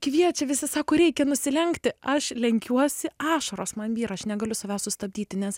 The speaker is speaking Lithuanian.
kviečia visi sako reikia nusilenkti aš lenkiuosi ašaros man byra aš negaliu savęs sustabdyti nes